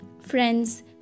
friends